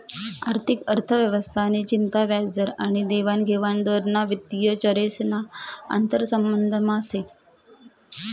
आर्थिक अर्थव्यवस्था नि चिंता व्याजदर आनी देवानघेवान दर ना वित्तीय चरेस ना आंतरसंबंधमा से